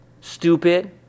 stupid